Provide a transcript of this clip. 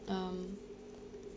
um